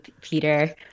Peter